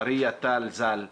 מריה טל ז"ל,